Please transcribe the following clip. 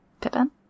Pippin